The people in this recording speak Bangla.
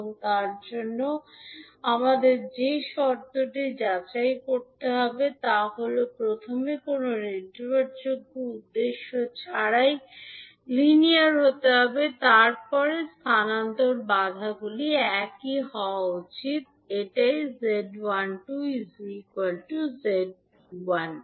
এবং তার জন্য আমাদের যে শর্তটি যাচাই করতে হবে তা হল প্রথমে কোনও নির্ভরযোগ্য উত্স ছাড়াই লিনিয়ার হতে হবে তারপরে স্থানান্তর বাধাগুলি একই হওয়া উচিত এটাই 𝐳12 𝐳21